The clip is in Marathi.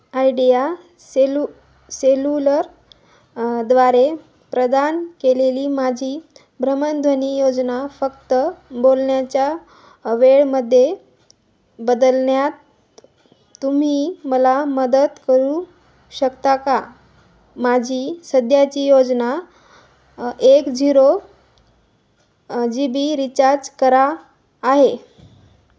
आयडिया सेलु सेलुलर द्वारे प्रदान केलेली माझी भ्रमणध्वनी योजना फक्त बोलण्याचा वेळमध्ये बदलण्यात तुम्ही मला मदत करू शकता का माझी सध्याची योजना एक झिरो जी बी रीचार्ज करा आहे